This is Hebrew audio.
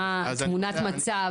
תמונת מצב.